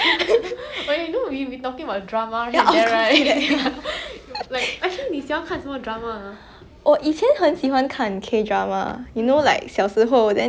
我以前很喜欢看 K drama you know like 小时候 then 你觉得 !wah! K drama everything 很美 !wah! 那个男的很喜欢那个女的 !wah!